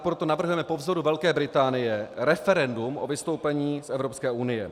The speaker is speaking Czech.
Proto navrhujeme po vzoru Velké Británie referendum o vystoupení z Evropské unie.